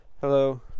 Hello